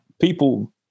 people